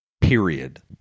period